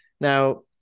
Now